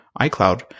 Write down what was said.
iCloud